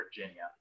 Virginia